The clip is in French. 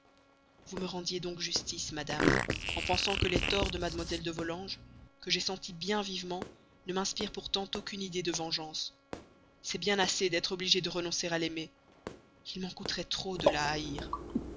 vous me rendiez donc justice madame en pensant que les torts de mademoiselle de volanges que j'ai sentis bien vivement ne m'inspirent pourtant aucune idée de vengeance c'est bien assez d'être obligé de renoncer à l'aimer il m'en coûterait trop de la haïr